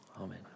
Amen